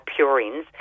purines